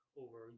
over